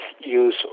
use